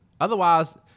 Otherwise